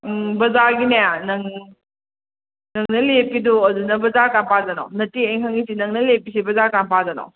ꯎꯝ ꯕꯖꯥꯔꯒꯤꯅꯦ ꯅꯪ ꯅꯪꯅ ꯂꯦꯞꯄꯤꯗꯣ ꯑꯗꯨꯗ ꯕꯖꯥꯔ ꯀꯔꯥꯏ ꯃꯄꯥꯗꯅꯣ ꯅꯠꯇꯦ ꯑꯩꯅ ꯍꯪꯉꯤꯁꯤ ꯅꯪ ꯂꯦꯞꯄꯤꯁꯤ ꯕꯖꯥꯔ ꯀꯔꯥꯏ ꯃꯄꯥꯗꯅꯣ